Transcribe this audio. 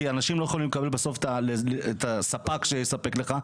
כי אנשים לא יכולים לקבל בסוף את הספק שיספק להם.